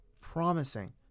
promising